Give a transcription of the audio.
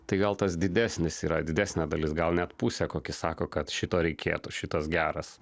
tai gal tas didesnis yra didesnė dalis gal net pusę kokia sako kad šito reikėtų šitas geras